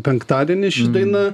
penktadienį ši daina